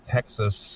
Texas